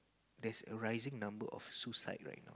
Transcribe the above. there's a rising number of suicide right now